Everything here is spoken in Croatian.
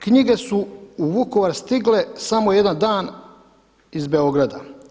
Knjige su u Vukovar stigle samo jedan dan iz Beograda.